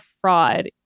fraud